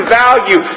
value